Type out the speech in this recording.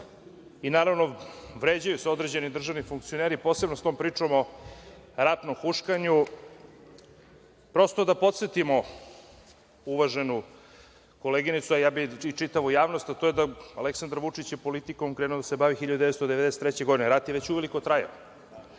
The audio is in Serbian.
javnost i vređaju se određeni državni funkcioneri, posebno s tom pričom o ratnom huškanju. Da podsetimo uvaženu koleginicu, a i čitavu javnost, Aleksandar Vučić je politikom krenuo da se bavi 1993. godine. Rat je već uveliko trajao.